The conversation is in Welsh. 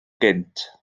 gynt